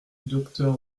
docteur